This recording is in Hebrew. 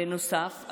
בנוסף,